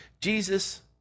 Jesus